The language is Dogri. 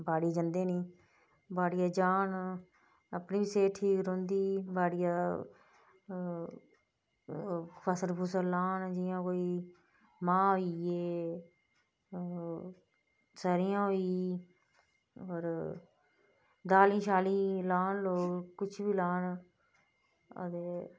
बाड़ी जंदे निं बाड़िया जान अपनी सेह्त ठीक रोंह्दी बाड़िया फसल फुसल लान जियां मांह् होइये चने होइये सरेआं होई गेई दालीं शालीं लान कुश बी लान अदे